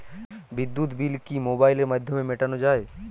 বিদ্যুৎ বিল কি মোবাইলের মাধ্যমে মেটানো য়ায়?